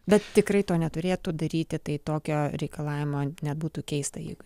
bet tikrai to neturėtų daryti tai tokio reikalavimo nebūtų keista jeigu